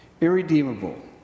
irredeemable